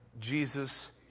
Jesus